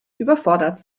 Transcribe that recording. überfordert